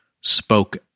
spoke